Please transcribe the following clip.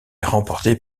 remportée